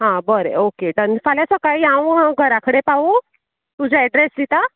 हां बरें okay done फाल्यां सकाळी हांव घरा कडेन पावूं तुजो एड्रेस दिता